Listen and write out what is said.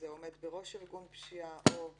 "עומד בראש ארגון פשיעה או מנהל,